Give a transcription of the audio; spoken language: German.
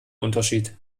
unterschied